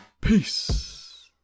Peace